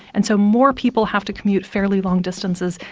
and so more people have to commute fairly long distances,